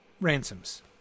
Ransom's